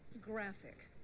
graphic